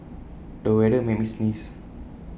the weather made me sneeze